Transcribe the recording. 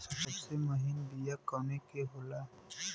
सबसे महीन बिया कवने के होला?